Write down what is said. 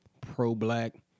pro-black